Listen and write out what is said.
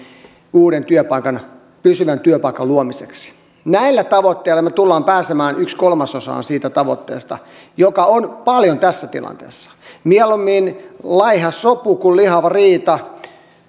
uuden pysyvän työpaikan luomiseksi näillä tavoitteilla me tulemme pääsemään yhteen kolmasosaan siitä tavoitteesta mikä on paljon tässä tilanteessa mieluummin laiha sopu kuin lihava riita